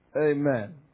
Amen